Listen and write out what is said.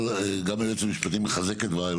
תקשיב, קודם כל גם היועץ המשפטי מחזק את דבריי.